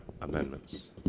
amendments